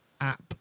app